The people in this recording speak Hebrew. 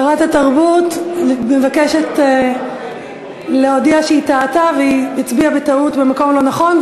שרת התרבות מבקשת להודיע שהיא טעתה והיא הצביעה בטעות במקום לא נכון,